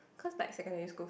cause like secondary school